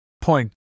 point